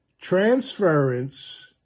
transference